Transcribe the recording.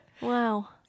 Wow